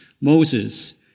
Moses